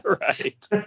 Right